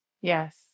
Yes